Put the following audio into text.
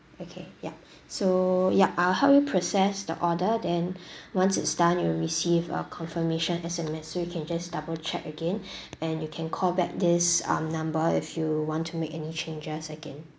okay yup so yup I will help you process the order then once it's done you will receive a confirmation S_M_S so you can just double check again and you can call back this um number if you want to make any changes again